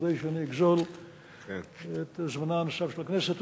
מכדי שאני אגזול את זמנה של הכנסת.